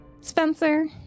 Spencer